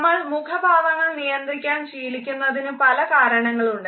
നമ്മൾ മുഖഭാവങ്ങൾ നിയന്ത്രിക്കാൻ ശീലിക്കുന്നതിനു പല കാരണങ്ങളുണ്ട്